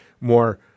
more